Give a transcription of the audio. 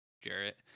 Jarrett